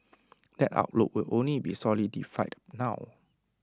that outlook will only be solidified now